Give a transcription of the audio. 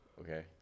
Okay